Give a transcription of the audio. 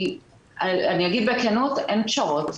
אגיד בכנות, אין פשרות.